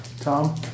Tom